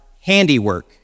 handiwork